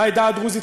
העדה הדרוזית,